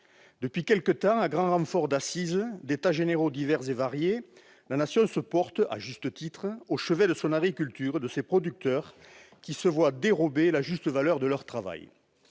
Depuis quelque temps, à grand renfort d'assises, d'états généraux divers et variés, la Nation se porte, à juste titre, au chevet de son agriculture, de ses producteurs qui se voient dérober la juste valeur de leur travail.